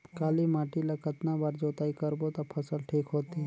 काली माटी ला कतना बार जुताई करबो ता फसल ठीक होती?